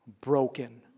broken